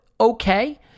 Okay